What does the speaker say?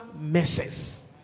messes